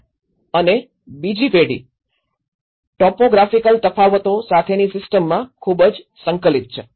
૫ અને બીજી પેઢી ટોપોગ્રાફિકલ તફાવતો સાથેની સિસ્ટમમાં ખૂબ જ સંકલિત છે